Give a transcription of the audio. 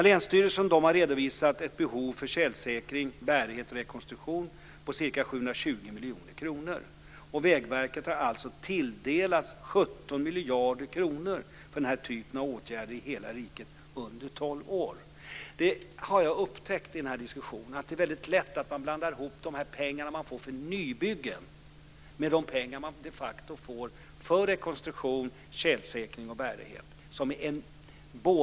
Länsstyrelsen har redovisat ett behov för tjälsäkring, bärighet och rekonstruktion på ca 720 miljoner kronor. Vägverket har tilldelats 17 miljarder kronor för den här typen av åtgärder i hela riket under 12 år. Jag har i den här diskussionen upptäckt att det är väldigt lätt att man blandar ihop de pengar man får för nybyggen med de pengarna man de facto får för rekonstruktion, tjälsäkring och bärighet.